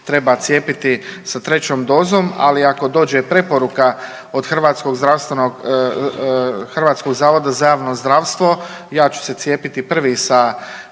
treba cijepiti sa trećom dozom. Ali ako dođe preporuka od Hrvatskog zavoda za javno zdravstvo ja ću se cijepiti prvi sa